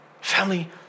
Family